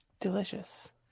Delicious